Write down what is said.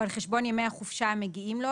או על חשבון ימי החופשה המגיעים לו,